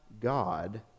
God